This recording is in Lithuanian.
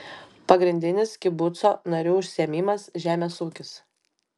pagrindinis kibuco narių užsiėmimas žemės ūkis